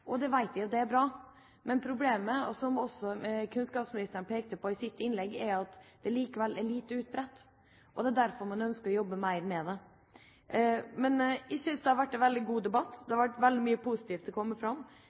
Det vet vi, og det er bra. Men problemet er, som også kunnskapsministeren pekte på i sitt innlegg, at de likevel er lite utbredt. Derfor ønsker man å jobbe mer med det. Men jeg synes det har vært en veldig god debatt. Veldig mye positivt har kommet fram.